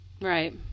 Right